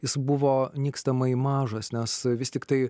jis buvo nykstamai mažas nes vis tiktai